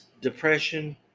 depression